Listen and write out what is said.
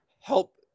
help